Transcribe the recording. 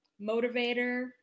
motivator